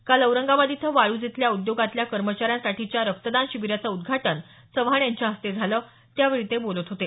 काल औरंगाबाद इथं वाळूज इथल्या उद्योगांतल्या कर्मचाऱ्यांच्यासाठी रक्तदान शिबीराचं उद्घाटन चव्हाण यांच्या हस्ते झालं त्यावेळी ते बोलत होते